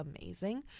amazing